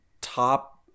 top